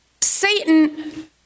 Satan